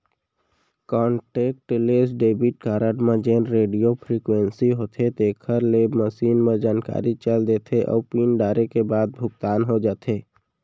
contactless debit card म जेन radio frequency होथे तेकर ले मसीन म जानकारी चल देथे अउ पिन डारे के बाद भुगतान हो जाथे